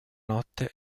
notte